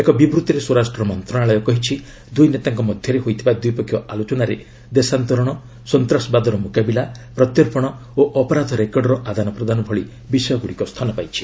ଏକ ବିବୃଭିରେ ସ୍ୱରାଷ୍ଟ୍ରମନ୍ତ୍ରଣାଳୟ କହିଛି ଦୁଇ ନେତାଙ୍କ ମଧ୍ୟରେ ହୋଇଥିବା ଦ୍ୱିପକ୍ଷୀୟ ଆଲୋଚନାରେ ଦେଶାନ୍ତରଣ ସନ୍ତାସବାଦର ମୁକାବିଲା ପ୍ରତ୍ୟର୍ପଣ ଓ ଅପରାଧ ରେକର୍ଡର ଆଦାନ ପ୍ରଦାନ ଭଳି ବିଷୟଗୁଡ଼ିକ ସ୍ଥାନ ପାଇଛି